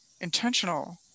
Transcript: intentional